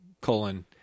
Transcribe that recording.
colon